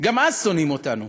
גם אז שונאים אותנו,